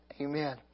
Amen